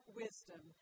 wisdom